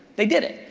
they did it,